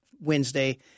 Wednesday